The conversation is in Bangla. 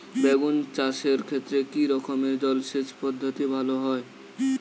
বেগুন চাষের ক্ষেত্রে কি রকমের জলসেচ পদ্ধতি ভালো হয়?